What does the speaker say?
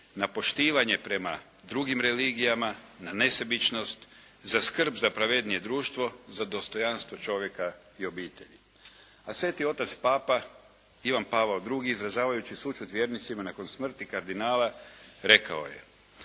na poštivanje prema drugim religijama, na nesebičnost, za skrb za pravednije društvo, za dostojanstvo čovjeka i obitelji.". A Sveti otac Papa Ivan Pavao II izražavajući sućut vjernicima nakon smrti kardinala rekao je: